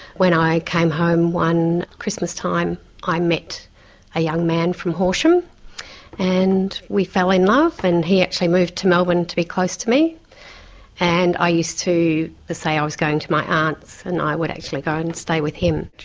when i came home one christmas time i met a young man from horsham and we fell in love and he actually moved to melbourne to be close to me and i used to say i ah was going to my aunt's and i would actually go and and stay with him.